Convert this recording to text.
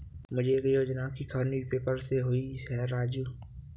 मुझे एक योजना की खबर न्यूज़ पेपर से हुई है राजू